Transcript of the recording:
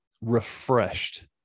refreshed